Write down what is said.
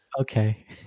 Okay